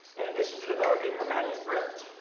in addition to developing her manuscript,